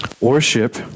Worship